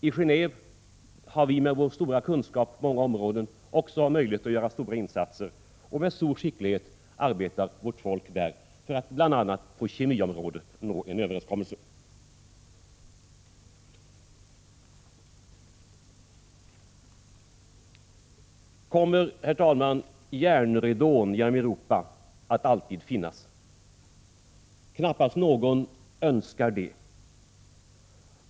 I Geneve har vi med vår stora kunskap på många områden också möjlighet att göra stora insatser, och med stor skicklighet arbetar vårt folk där, bl.a. för att nå en överenskommelse på kemiområdet. Herr talman! Kommer järnridån genom Europa att alltid finnas? Knappast någon önskar det.